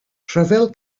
rhyfel